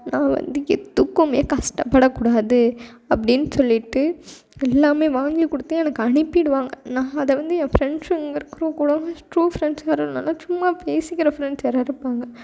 நான் வந்து எதுக்கும் கஷ்டப்பட கூடாது அப்படின்னு சொல்லிட்டு எல்லாம் வாங்கிக் கொடுத்து எனக்கு அனுப்பிடுவாங்க நான் அதை வந்து என் ஃப்ரெண்ட்ஸுங்க குரூப் கூட ட்ரு ஃப்ரெண்ட்ஸ் யாரும் இல்லைனாலும் சும்மா பேசிக்கிற ஃப்ரெண்ட்ஸ் யாரும் இருப்பாங்க